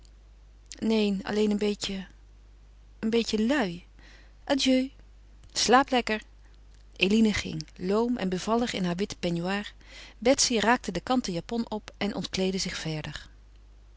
neen alleen een beetje een beetje lui adieu slaap lekker eline ging loom en bevallig in haar witten peignoir betsy raapte den kanten japon op en ontkleedde zich verder